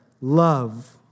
love